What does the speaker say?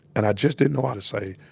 and i just didn't know how to say,